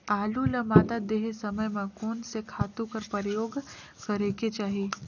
आलू ल मादा देहे समय म कोन से खातु कर प्रयोग करेके चाही?